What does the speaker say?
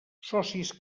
socis